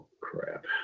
crap